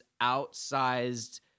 outsized